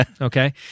okay